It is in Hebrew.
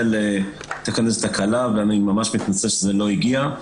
הייתה כאן איזו תקלה ואני ממש מתנצל שזה לא הגיע.